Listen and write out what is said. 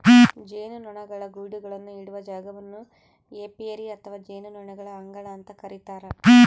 ಜೇನುನೊಣಗಳ ಗೂಡುಗಳನ್ನು ಇಡುವ ಜಾಗವನ್ನು ಏಪಿಯರಿ ಅಥವಾ ಜೇನುನೊಣಗಳ ಅಂಗಳ ಅಂತ ಕರೀತಾರ